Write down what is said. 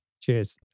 Cheers